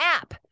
app